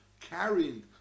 carrying